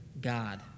God